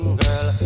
girl